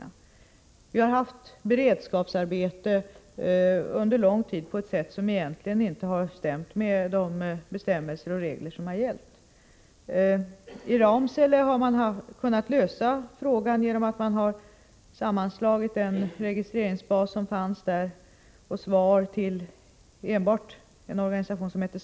Vi har här haft beredskapsarbete under en lång tid och på ett sådant sätt att det egentligen inte överensstämmer med de bestämmelser och regler som gäller. I Ramsele har man kunnat lösa frågan genom att slå samman den registreringsbas som fanns där med Svensk Arkivinformation i Ramsele.